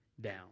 down